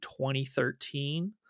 2013